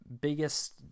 biggest